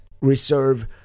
reserve